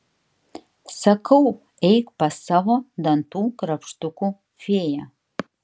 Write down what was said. sakau eik pas savo dantų krapštukų fėją